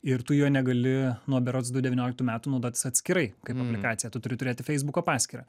ir tu jo negali nuo berods du devynioliktų metų naudotis atskirai kaip aplikacija tu turi turėti feisbuko paskyrą